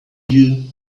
you